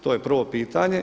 To je prvo pitanje.